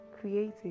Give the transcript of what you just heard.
creative